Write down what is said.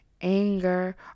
anger